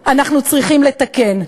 אנחנו צריכים לתקן.